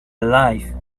alive